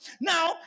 Now